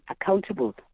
accountable